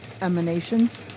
emanations